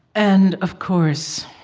and, of course,